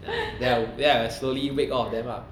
then I then I slowly wake all of them up